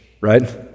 right